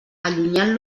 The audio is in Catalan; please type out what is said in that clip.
allunyant